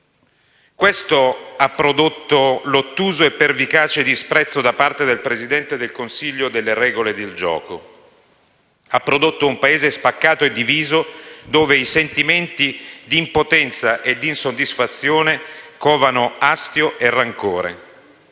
Questo ha prodotto l'ottuso e pervicace disprezzo, da parte del Presidente del Consiglio, delle regole del gioco. Ha prodotto un Paese spaccato e diviso, dove i sentimenti di impotenza e di insoddisfazione covano astio e rancore,